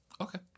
okay